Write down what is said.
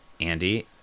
Andy